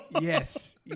Yes